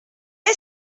est